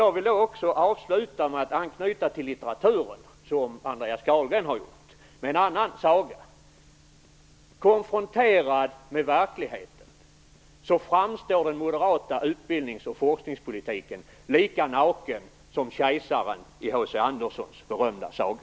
Jag skall avsluta med att anknyta till litteraturen, som Andreas Carlgren har gjort, men med en annan saga. Konfronterad med verkligheten framstår den moderata utbildnings och forskningspolitiken lika naken som kejsaren i H.C. Andersens berömda saga.